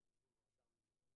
אחריות שלך,